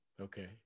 Okay